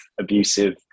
abusive